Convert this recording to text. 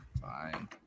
fine